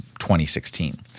2016